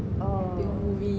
oo